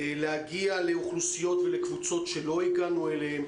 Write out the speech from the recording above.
להגיע לאוכלוסיות ולקבוצות שלא הגענו אליהן,